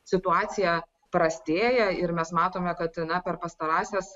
situacija prastėja ir mes matome kad na per pastarąsias